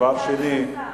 רגע,